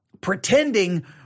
Pretending